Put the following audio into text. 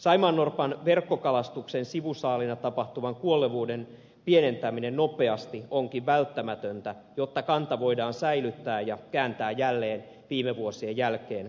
saimaannorpan verkkokalastuksen sivusaalina tapahtuvan kuolevuuden pienentäminen nopeasti onkin välttämätöntä jotta kanta voidaan säilyttää ja kääntää jälleen viime vuosien jälkeen kasvuun